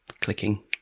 Clicking